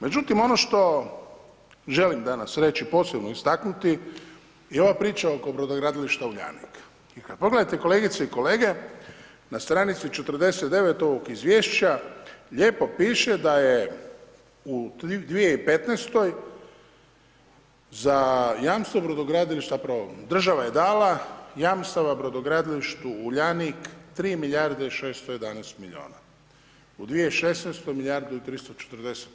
Međutim, ono što želim danas reći, posebno istaknuti je i ova priča oko brodogradilišta Uljanik i kad pogledate kolegice i kolege na str. 49 ovog izvješća lijepo piše da je u 2015. za jamstvo brodogradilišta, zapravo država je dala jamstava brodogradilištu Uljanik 3 milijarde i 611 milijuna, u 2016. milijardu i 348.